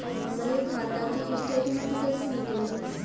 हमरे खाता के स्टेटमेंट कइसे निकली?